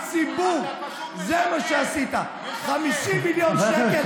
אורבך, לקחת 50 מיליון שקל.